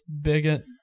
bigot